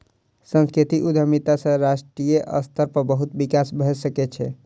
सांस्कृतिक उद्यमिता सॅ राष्ट्रीय स्तर पर बहुत विकास भ सकै छै